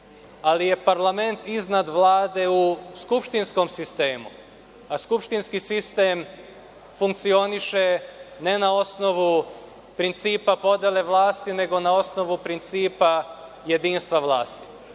Ali je parlament iznad Vlade u skupštinskom sistemu, a skupštinski sistem funkcioniše ne na osnovu principa podele vlasti, nego na osnovu principa jedinstva vlasti.U